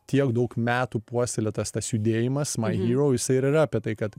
tiek daug metų puoselėtas tas judėjimas man jau jisai ir yra apie tai kad